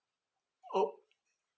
!ow!